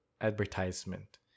advertisement